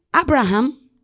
Abraham